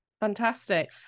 fantastic